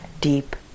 deep